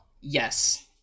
Yes